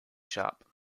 shop